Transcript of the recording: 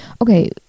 Okay